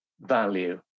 value